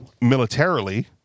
militarily